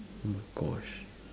oh my gosh